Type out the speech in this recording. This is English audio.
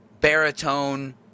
baritone